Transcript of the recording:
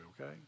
okay